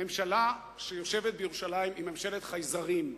הממשלה שיושבת בירושלים היא ממשלת חייזרים,